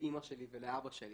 לאימא שלי ולאבא שלי